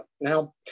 Now